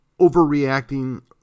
overreacting